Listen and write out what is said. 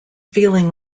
feeling